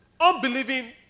unbelieving